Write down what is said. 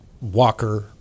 walker